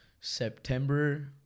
September